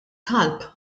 talb